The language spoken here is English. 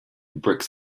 bricks